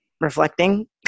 reflecting